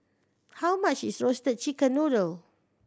how much is Roasted Chicken Noodle